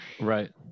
Right